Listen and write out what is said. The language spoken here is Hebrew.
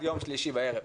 עד יום שלישי בערב.